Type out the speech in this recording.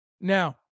Now